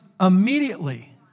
immediately